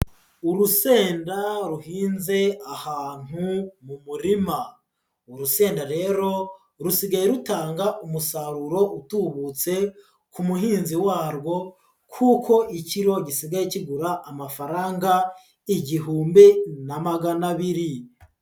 Urusenda ruhinze ahantu mu murima, urusenda rero rusigaye rutanga umusaruro utubutse ku muhinzi warwo kuko ikiro gisigaye kigura amafaranga igihumbi na magana abiri.